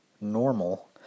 normal